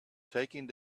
taking